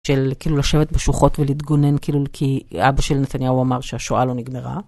של כאילו לשבת בשוחות ולהתגונן כאילו כי אבא של נתניהו אמר שהשואה לא נגמרה.